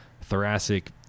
thoracic